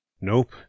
Nope